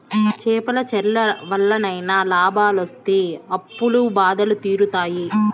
చేపల చెర్ల వల్లనైనా లాభాలొస్తి అప్పుల బాధలు తీరుతాయి